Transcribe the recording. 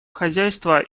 хозяйства